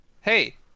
hey